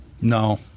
No